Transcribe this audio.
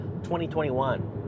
2021